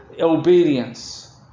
obedience